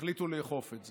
החליטו לאכוף את זה.